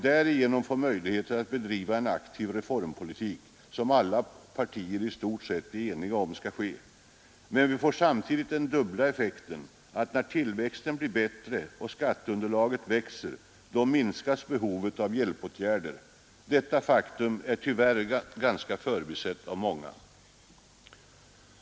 Därigenom skapas möjligheter att bedriva en sådan aktiv reformpolitik som alla partier i stort sett är eniga om. Men vi uppnår samtidigt den effekten att när tillväxten blir bättre och skatteunderlaget växer minskas behovet av hjälpåtgärder. Detta faktum är tyvärr ganska förbisett av många.